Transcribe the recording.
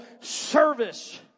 service